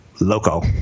loco